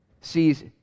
sees